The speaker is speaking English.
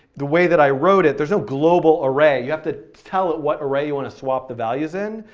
the way that i wrote it, there's no global array. you have to tell it what array you want to swap the values in,